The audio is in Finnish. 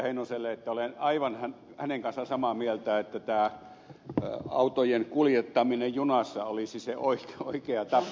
heinoselle että olen hänen kanssaan aivan samaa mieltä että tämä autojen kuljettaminen junassa olisi se oikea tapa